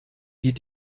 die